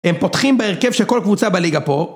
הם פותחים בהרכב שכל קבוצה בליגה פה